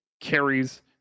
carries